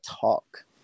talk